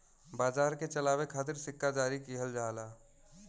बाजार के चलावे खातिर सिक्का जारी किहल जाला